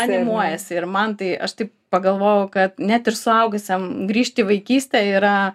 animuojasi ir man tai aš taip pagalvojau kad net ir suaugusiam grįžt į vaikystę yra